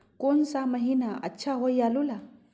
कौन सा महीना अच्छा होइ आलू के ला?